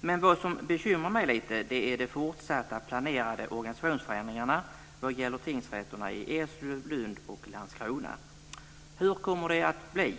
Men vad som bekymrar mig lite grann är de fortsatta planerade organisationsförändringarna vad gäller tingsrätterna i Eslöv, Lund och Landskrona. Hur kommer det att bli?